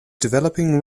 developing